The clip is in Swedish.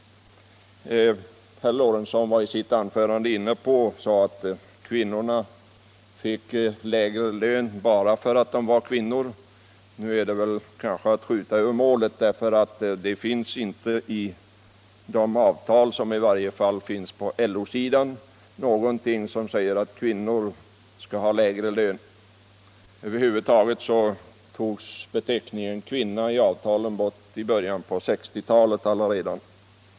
Herr Lorentzon sade i sitt anförande att kvinnorna fick lägre lön bara därför att de var kvinnor. Det är väl att skjuta över målet. Det finns i varje fall inte på LO-sidan nåpot i avtalen som säger att kvinnor skall ha lägre lön. Över huvud taget togs beteckningen kvinna bort i avtalen redan i början på 1960-talet.